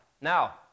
Now